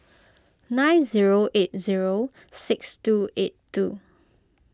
nine zero eight zero six two eight two